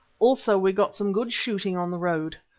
also we got some good shooting on the road.